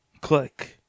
Click